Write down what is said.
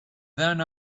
then